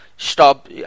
Stop